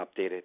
updated